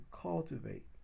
cultivate